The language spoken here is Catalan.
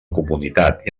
comunitat